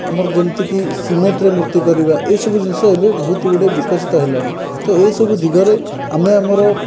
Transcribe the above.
ଆମର ଯେମିତିକି ସିମେଣ୍ଟରେ ମୂର୍ତ୍ତି କରିବା ଏସବୁ ଜିନିଷ ଏବେ ବହୁତ ଗୁଡ଼ିଏ ବିକଶିତ ହେଲାଣି ତ ଏହିସବୁ ଦିଗରେ ଆମେ ଆମର